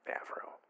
Afro